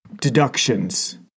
deductions